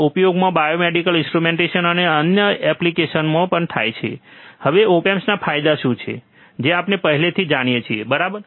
તેનો ઉપયોગ biomedical instrumentation અને અન્ય અસંખ્ય એપ્લિકેશનમાં પણ થાય છે હવે ઓપ એમ્પના ફાયદા શું છે જે આપણે પહેલાથી જાણીએ છીએ બરાબર